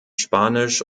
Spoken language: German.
spanisch